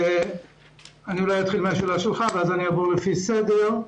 אתחיל בשאלה שלך ואעבור לפי סדר.